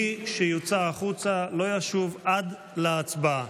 מי שיוצא החוצה לא ישוב עד להצבעה.